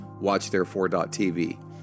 watchtherefore.tv